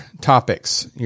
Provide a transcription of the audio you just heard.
topics